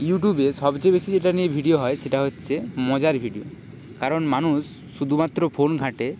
ইউটিউবে সবচেয়ে বেশি যেটা নিয়ে ভিডিও হয় সেটা হচ্ছে মজার ভিডিও কারণ মানুষ শুধুমাত্র ফোন ঘাঁটে